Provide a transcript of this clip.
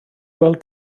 weld